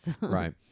Right